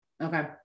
Okay